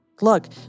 Look